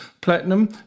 Platinum